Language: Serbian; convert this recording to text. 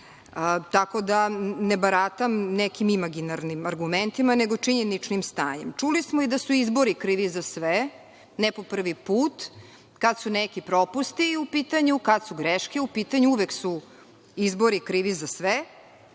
Tako da, ne baratam nekim imaginarnim argumentima, nego činjeničnim stanjem. Čuli smo i da su izbori krivi za sve, ne po prvi put. Kad su neki propusti u pitanju, kad su greške u pitanju, uvek su izbori krivi za sve.